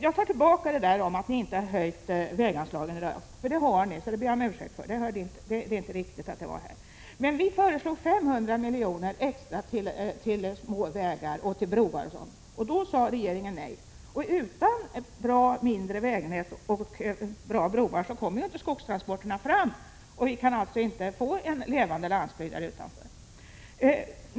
Jag tar tillbaka det jag sade att ni inte har höjt väganslagen, för det har ni. Jag ber om ursäkt för det. Men vi föreslog 500 milj.kr. extra till småvägar och broar, och då sade regeringen nej. Men utan ett gott mindre vägnät och bra broar kommer inte skogstransporterna fram, och då kan vi inte få en levande landsbygd.